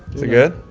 is it good?